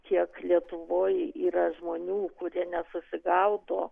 kiek lietuvoj yra žmonių kurie nesusigaudo